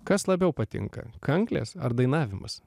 kas labiau patinka kanklės ar dainavimas